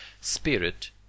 spirit